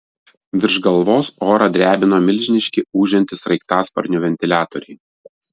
virš galvos orą drebino milžiniški ūžiantys sraigtasparnių ventiliatoriai